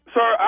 Sir